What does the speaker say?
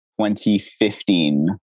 2015